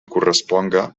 corresponga